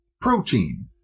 Protein